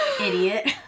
Idiot